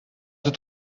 het